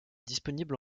disponible